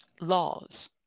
laws